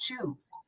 choose